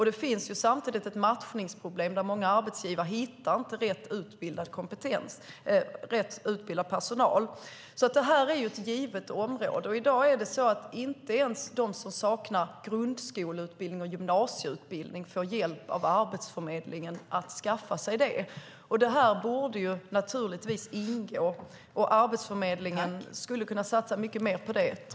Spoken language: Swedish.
Det finns samtidigt ett matchningsproblem där många arbetsgivare inte hittar rätt utbildad personal. Det är ett givet område. I dag får inte ens de som saknar grundskole och gymnasieutbildning hjälp av Arbetsförmedlingen att skaffa sig det. Det borde naturligtvis ingå. Arbetsförmedlingen skulle kunna satsa mycket mer på det.